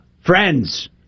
Friends